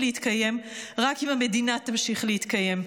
להתקיים רק אם המדינה תמשיך להתקיים.